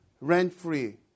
rent-free